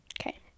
Okay